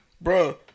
Bro